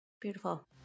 Beautiful